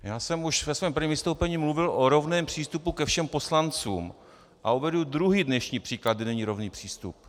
Já jsem už ve svém prvním vystoupení mluvil o rovném přístupu ke všem poslancům a uvedu druhý dnešní příklad, kde není rovný přístup.